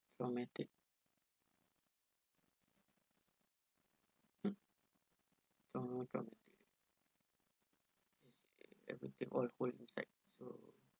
pragmatic ah welcome everything all go inside so